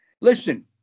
Listen